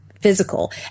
Physical